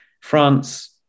France